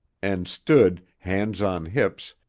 and stood, hands on hips,